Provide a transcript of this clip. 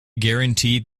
guarantee